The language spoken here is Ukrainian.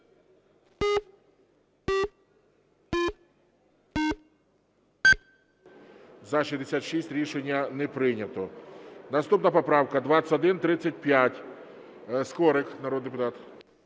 За-66 Рішення не прийнято. Наступна поправка 2135. Скорик, народний депутат.